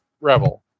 Rebel